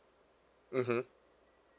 mmhmm